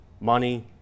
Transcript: money